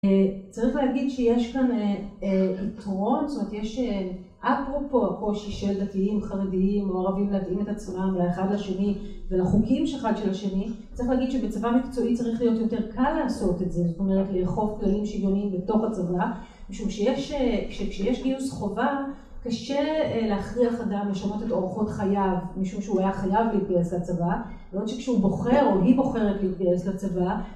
צריך להגיד שיש כאן יתרון, זאת אומרת, יש... אפרופו הקושי של דתיים, חרדיים או ערבים להתאים את עצמם לאחד לשני ולחוקים אחד של השני, צריך להגיד שבצבא המקצועי צריך להיות יותר קל לעשות את זה, זאת אומרת לאכוף כללים שוויוניים בתוך הצבא, משום שכשיש גיוס חובה, קשה להכריח אדם לשנות את אורחות חייו, משום שהוא היה חייב להתגייס לצבא. בעוד שכשהוא בוחר או היא בוחרת להתגייס לצבא